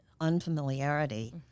unfamiliarity